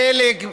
חיליק,